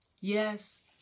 Yes